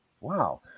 Wow